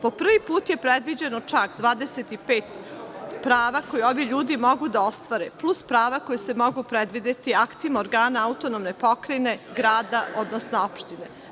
Po prvi put je predviđeno čak 25 prava koja ovi ljudi mogu da ostvare, plus prava koja se mogu predvideti aktima organa autonomne pokrajine, grada, odnosno opštine.